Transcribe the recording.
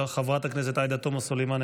חברת הכנסת עאידה תומא סלימאן,